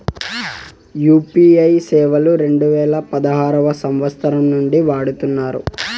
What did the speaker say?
UPI సేవలు రెండు వేల పదహారు సంవచ్చరం నుండి వాడుతున్నారు